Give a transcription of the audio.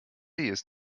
ist